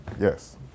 Yes